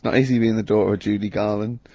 but easy being the daughter of judy garland.